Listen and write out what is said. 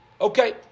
Okay